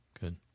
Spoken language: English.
good